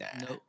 Nope